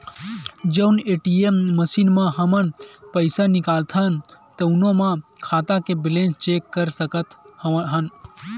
जउन ATM machine म हमन पइसा निकालथन तउनो म खाता के बेलेंस चेक कर सकत हन